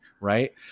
right